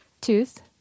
tooth